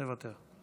מוותר.